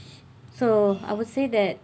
so I would say that